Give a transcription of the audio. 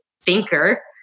thinker